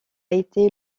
été